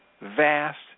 vast